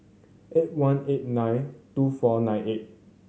eight one eight nine two four nine eight